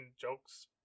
jokes